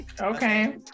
okay